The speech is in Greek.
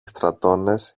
στρατώνες